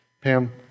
Pam